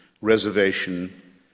reservation